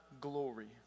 glory